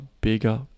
bigger